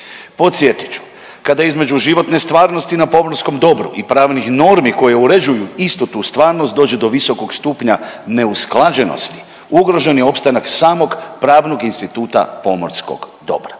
Podsjetit ću, kada između životne stvarnosti na pomorskom dobru i pravnih normi koje uređuju istu tu stvarnost dođe do visokog stupnja neusklađenosti ugrožen je opstanak samog pravnog instituta pomorskog dobra.